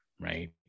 right